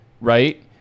right